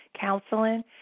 counseling